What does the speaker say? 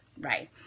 right